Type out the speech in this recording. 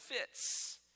fits